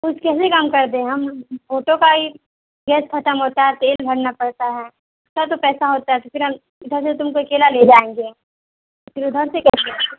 کچھ کیسے کم کر دیں ہم اوٹو کا ہی گیس ختم ہوتا ہے تیل بھرنا پڑتا ہے اس کا تو پیسہ ہوتا ہے تو پھر ہم ادھر سے تم کو اکیلا لے جائیں گے پھر ادھر سے کیسے